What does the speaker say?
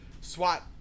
SWAT